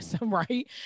right